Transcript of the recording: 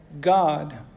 God